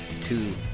two